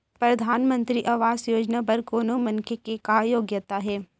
परधानमंतरी आवास योजना बर कोनो मनखे के का योग्यता हे?